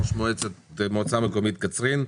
ראש מועצה מקומית קצרין,